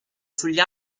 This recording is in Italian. sugli